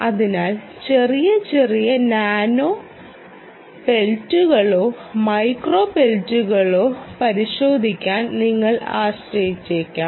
അതിനാൽ ചെറിയ ചെറിയ നാനോ പെൽറ്റുകളോ മൈക്രോ പെൽറ്റുകളോ പരിശോധിക്കാൻ നിങ്ങൾ ആഗ്രഹിച്ചേക്കാം